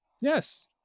Yes